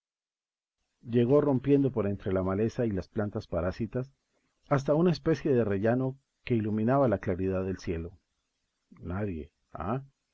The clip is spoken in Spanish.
llegó rompiendo por entre la maleza y las plantas parásitas hasta una especie de rellano que iluminaba la claridad del cielo nadie ah